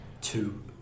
two